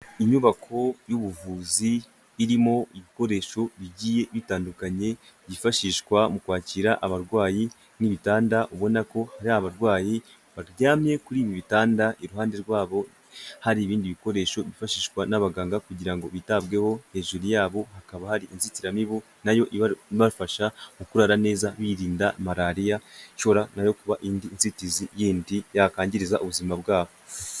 Inyubako y'ubuvuzi irimo ibikoresho bigiye bitandukanye byifashishwa mu kwakira abarwayi, ni ibitanda ubona ko hari abarwayi baryamye kuri ibi bitanda, iruhande rwabo hari ibindi bikoresho byifashishwa n'abaganga kugira ngo bitabweho, hejuru yabo hakaba hari inzitiramibu nayo iba ibafasha, mu kurara neza birinda malariya, nayo ishobora kuba indi nzitizi yindi yakangiriza ubuzima bwabo.